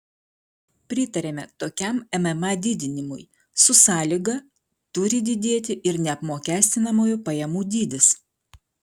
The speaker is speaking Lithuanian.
pritariame tokiam mma didinimui su sąlyga turi didėti ir neapmokestinamųjų pajamų dydis